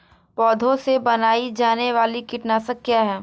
पौधों से बनाई जाने वाली कीटनाशक क्या है?